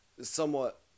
somewhat